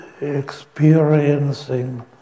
experiencing